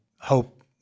hope